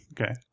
Okay